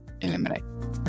Eliminate